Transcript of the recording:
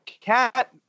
Cat